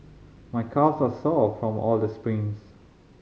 my calves are sore from all the sprints